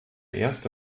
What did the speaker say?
erste